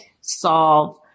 solve